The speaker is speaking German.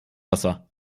wasser